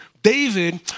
David